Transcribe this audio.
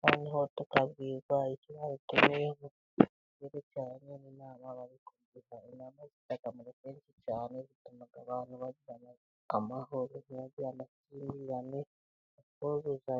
noneho tukabwirwa icyo badutumiyeho, cyerekeranye n'inama bari kuduha. Inama zifite akamaro kenshi cyane, zituma abantu bagira amahoro ntibagirane amakimbirane ubwuzuzanye.